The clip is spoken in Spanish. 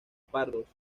pardos